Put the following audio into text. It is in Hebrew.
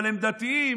הם דתיים,